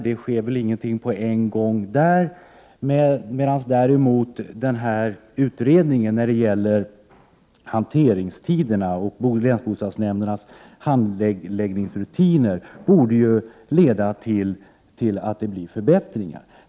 Det sker väl ingenting på en gång i det avseendet. Däremot borde utredningen av hanteringstiderna och handläggningsrutinerna på länsbostadsnämnderna kunna leda till förbättringar.